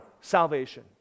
salvation